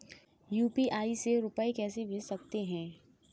UPI से रुपया कैसे भेज सकते हैं?